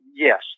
Yes